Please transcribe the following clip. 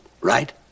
right